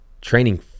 training